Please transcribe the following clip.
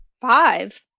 Five